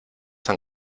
han